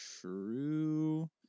True